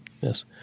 Yes